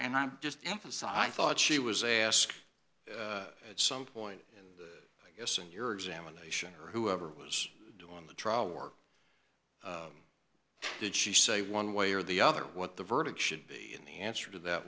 and i'm just emphasize thought she was asked at some point i guess in your examination or whoever was doing the trial work did she say one way or the other what the verdict should be in the answer to that